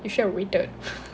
you should have waited